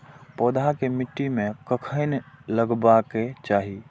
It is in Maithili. पौधा के मिट्टी में कखेन लगबाके चाहि?